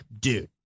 dude